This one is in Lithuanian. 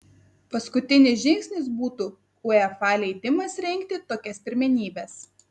paskutinis žingsnis būtų uefa leidimas rengti tokias pirmenybes